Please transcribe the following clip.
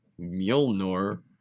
Mjolnir